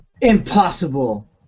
impossible